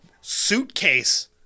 suitcase